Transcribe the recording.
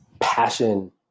passion